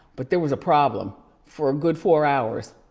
but there was a problem for a good four hours.